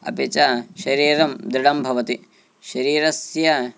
अपि च शरीरं दृढं भवति शरीरस्य